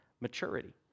maturity